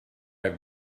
have